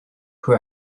who